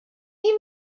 you